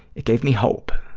it gave me hope,